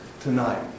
tonight